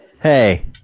Hey